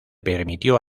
permitió